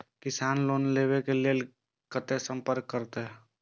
किसान लोन लेवा के लेल कते संपर्क करें?